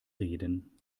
reden